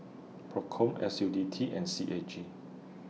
PROCOM S U T D and C A G